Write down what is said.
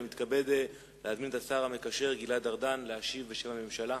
אני מתכבד להזמין את השר המקשר גלעד ארדן להשיב בשם הממשלה.